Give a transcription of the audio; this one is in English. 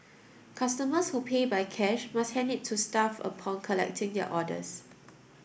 customers who pay by cash must hand it to staff upon collecting their orders